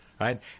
Right